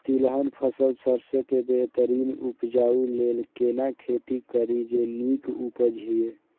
तिलहन फसल सरसों के बेहतरीन उपजाऊ लेल केना खेती करी जे नीक उपज हिय?